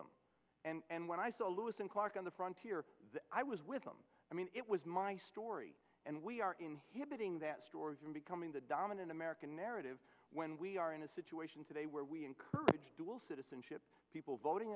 them and when i saw lewis and clark on the frontier i was with them i mean it was my story and we are inhibiting that story from becoming the dominant american narrative when we are in a situation today where we encourage dual citizenship people voting